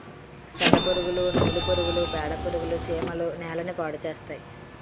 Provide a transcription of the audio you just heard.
సెదపురుగులు నూలు పురుగులు పేడపురుగులు చీమలు నేలని పాడుచేస్తాయి